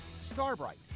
Starbright